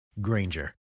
Granger